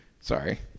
Sorry